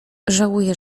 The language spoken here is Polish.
żałuje